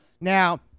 Now